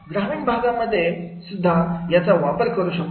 ग्रामीण भागामध्ये सुद्धा याचा वापर करू शकतो